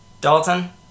Dalton